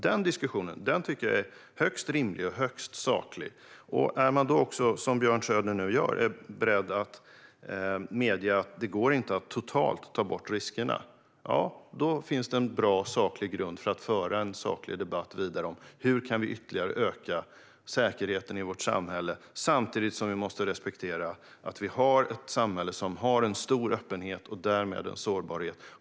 Den diskussionen tycker jag är högst rimlig och högst saklig. Är man då också beredd, som Björn Söder nu säger att han är, att medge att det inte går att helt och hållet ta bort riskerna finns det en bra och saklig grund för att föra en saklig debatt vidare om hur vi ytterligare kan öka säkerheten i vårt samhälle samtidigt som vi måste respektera att vi har ett samhälle som har en stor öppenhet och därmed en sårbarhet.